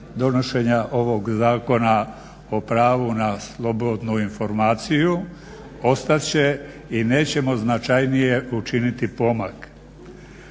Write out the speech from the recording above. donošenja ovog Zakona o pravu na slobodnu informaciju, ostat će i nećemo značajnije učiniti pomak.